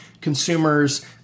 consumers